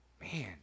Man